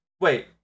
Wait